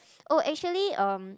oh actually um